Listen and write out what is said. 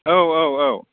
औ औ औ